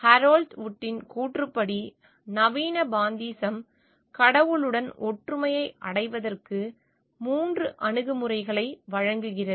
Harold வுட்டின் கூற்றுப்படி நவீன பாந்தீசம் கடவுளுடன் ஒற்றுமையை அடைவதற்கு 3 அணுகுமுறைகளை வழங்குகிறது